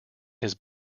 his